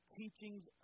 teachings